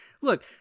look